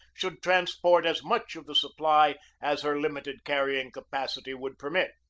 should transport as much of the supply as her limited carrying capacity would permit.